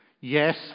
Yes